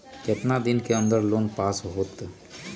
कितना दिन के अन्दर में लोन पास होत?